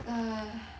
ah